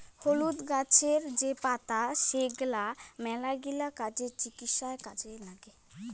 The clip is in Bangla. হলুদ গাছের যে পাতা সেগলা মেলাগিলা কাজে, চিকিৎসায় কাজে নাগে